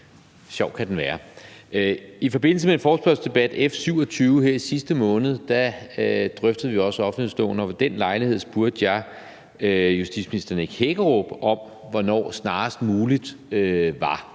sjov kan den være. I forbindelse med forespørgselsdebatten om F 27 her i sidste måned drøftede vi også offentlighedsloven, og ved den lejlighed spurgte jeg justitsminister Nick Hækkerup om, hvornår »snarest muligt« var.